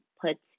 puts